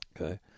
Okay